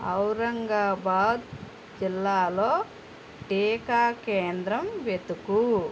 ఔరంగాబాద్ జిల్లాలో టీకా కేంద్రం వెతుకు